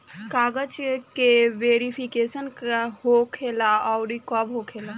कागज के वेरिफिकेशन का हो खेला आउर कब होखेला?